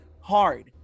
hard